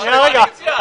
שנייה, רגע.